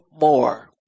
more